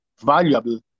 valuable